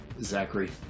Zachary